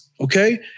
Okay